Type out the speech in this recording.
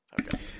Okay